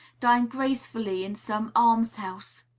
dying gracefully in some almshouse.